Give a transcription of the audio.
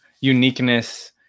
uniqueness